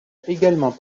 également